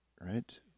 right